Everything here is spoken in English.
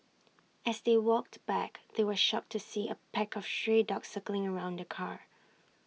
as they walked back they were shocked to see A pack of stray dogs circling around the car